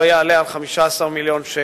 לא יעלה על 15 מיליון ש"ח.